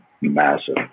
Massive